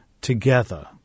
together